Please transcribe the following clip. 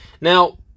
Now